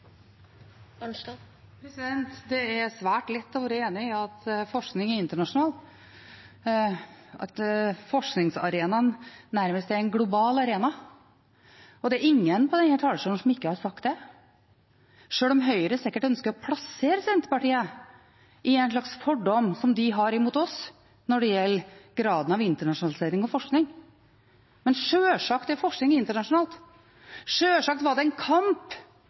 internasjonal, at forskningsarenaen nærmest er en global arena. Det er ingen på denne talerstolen som ikke har sagt det, sjøl om Høyre sikkert ønsker å plassere Senterpartiet, i en slags fordom som de har imot oss, når det gjelder graden av internasjonalisering av forskning. Sjølsagt er forskning internasjonal. Sjølsagt var det en kamp